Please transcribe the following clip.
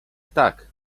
tak